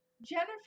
Jennifer